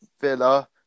Villa